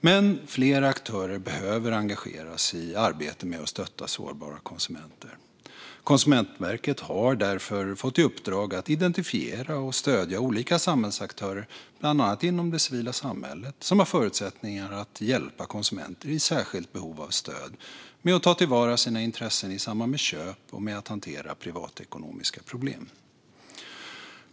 Men fler aktörer behöver engageras i arbetet med att stötta sårbara konsumenter. Konsumentverket har därför fått i uppdrag att identifiera och stödja olika samhällsaktörer, bland annat inom det civila samhället, som har förutsättningar att hjälpa konsumenter i särskilt behov av stöd med att ta till vara sina intressen i samband med köp och med att hantera privatekonomiska problem.